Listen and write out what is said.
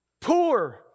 poor